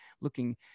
looking